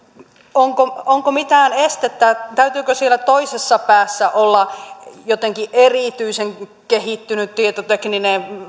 onko mitään estettä täytyykö siellä toisessa päässä olla jotenkin erityisen kehittynyt tietotekninen